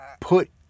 put